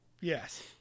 Yes